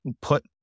put